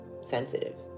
sensitive